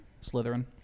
Slytherin